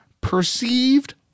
perceived